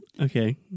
Okay